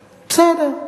בסדר,